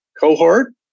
cohort